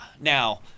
Now